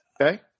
Okay